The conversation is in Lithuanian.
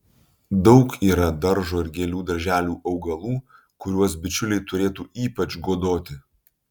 daug yra daržo ir gėlių darželių augalų kuriuos bičiuliai turėtų ypač godoti